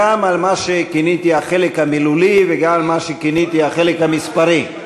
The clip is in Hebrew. גם על מה שכיניתי החלק המילולי וגם על מה שכיניתי החלק המספרי.